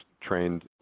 trained